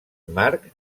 marc